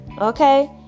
okay